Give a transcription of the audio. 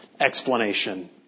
explanation